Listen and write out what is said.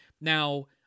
Now